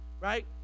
right